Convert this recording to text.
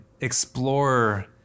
explore